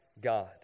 God